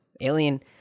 alien